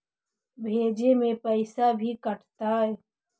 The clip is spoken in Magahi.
भेजे में पैसा भी कटतै?